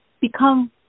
become